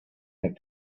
have